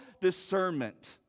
discernment